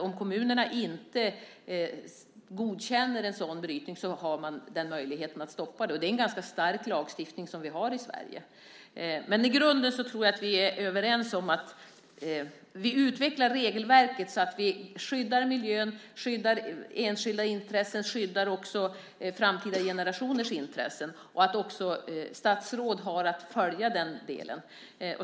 Om kommunerna inte godkänner en sådan brytning har man möjlighet att stoppa den, och det är en ganska stark lagstiftning som vi har i Sverige. I grunden tror jag att vi är överens om att vi ska utveckla regelverket så att vi skyddar miljön, enskilda intressen och också framtida generationers intressen. Också statsråd har att följa detta.